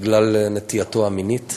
בגלל נטייתו המינית